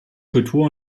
kultur